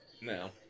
No